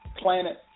Planet